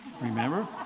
Remember